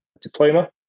diploma